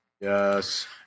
Yes